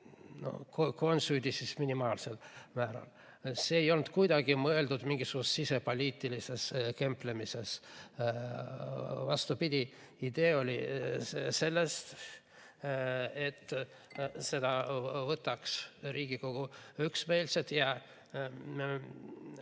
on süüdi, siis minimaalsel määral. See ei olnud kuidagi mõeldud mingisuguse sisepoliitilise kemplemisena. Vastupidi, idee oli selles, et Riigikogu võtaks seda